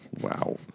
Wow